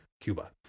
Cuba